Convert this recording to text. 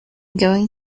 going